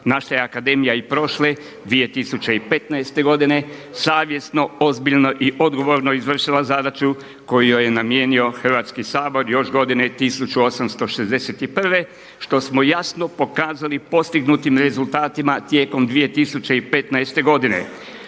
Naša je Akademija i prošle 2015. godine savjesno, ozbiljno i odgovorno izvršila zadaću koju joj je namijenio Hrvatski sabor još godine 1861. što smo jasno pokazali postignutim rezultatima tijekom 2015. godine.